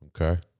Okay